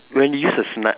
when you use a sni~